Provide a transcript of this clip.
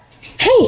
Hey